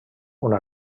una